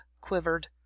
quivered